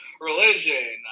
religion